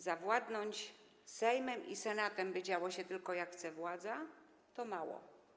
Zawładnąć Sejmem i Senatem, by działo się tylko tak, jak chce władza, to mało.